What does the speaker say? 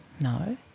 No